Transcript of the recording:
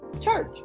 church